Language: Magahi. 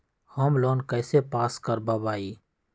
होम लोन कैसे पास कर बाबई?